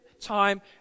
time